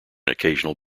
occasional